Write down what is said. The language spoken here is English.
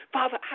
Father